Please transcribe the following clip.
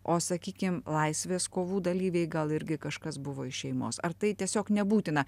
o sakykim laisvės kovų dalyviai gal irgi kažkas buvo iš šeimos ar tai tiesiog nebūtina